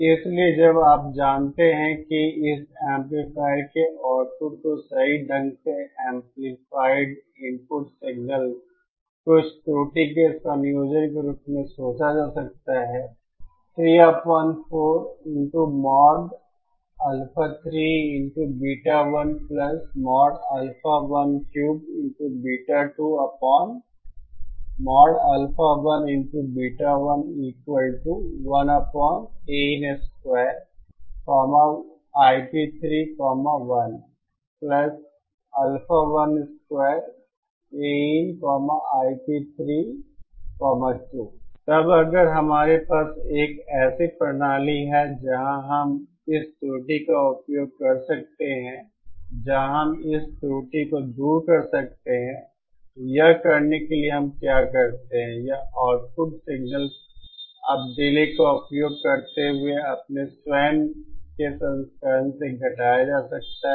इसलिए जब आप जानते हैं कि इस एम्पलीफायर के आउटपुट को सही ढंग से एंपलीफायड इनपुट सिग्नल कुछ त्रुटि के संयोजन के रूप में सोचा जा सकता है